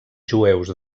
jueus